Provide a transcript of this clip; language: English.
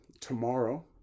tomorrow